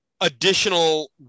additional